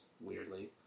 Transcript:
weirdly